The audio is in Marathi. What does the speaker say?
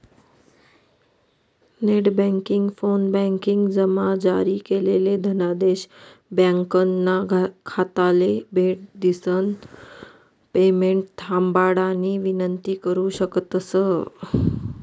नेटबँकिंग, फोनबँकिंगमा जारी करेल धनादेश ब्यांकना खाताले भेट दिसन पेमेंट थांबाडानी विनंती करु शकतंस